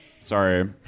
Sorry